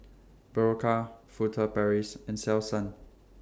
Berocca Furtere Paris and Selsun